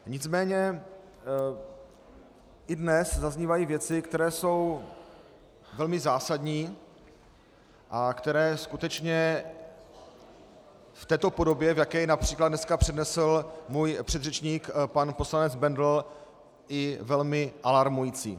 Nicméně i dnes zaznívají věci, které jsou velmi zásadní a které skutečně v této podobě, v jaké je například dneska přednesl můj předřečník pan poslanec Bendl, jsou i velmi alarmující.